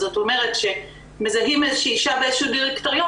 זאת אומרת שמזהים איזושהי אישה באיזשהו דירקטוריון